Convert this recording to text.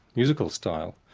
musical style,